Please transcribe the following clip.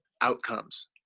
outcomes